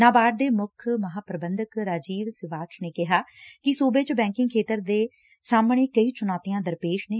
ਨਾਬਾਰਡ ਦੇ ਮੁੱਖ ਮਹਾ ਪ੍ਰਬੰਧਕ ਰਾਜੀਵ ਸ਼ਿਵਾਚ ਨੇ ਕਿਹਾ ਕਿ ਸੂਬੇ ਚ ਬੈਕਿੰਗ ਖੇਤਰ ਦੇ ਸਾਹਮਣੇ ਕਈ ਚੁਣੌਤੀਆਂ ਦਰਪੇਸ਼ ਨੇ